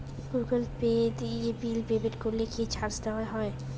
Google Pay দিয়ে bill payment করলে কি চার্জ নেওয়া হয়?